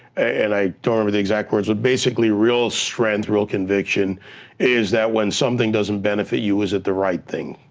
and i don't remember the exact words, but basically real strength, real conviction is that when something doesn't benefit you, is it the right thing?